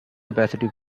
capacity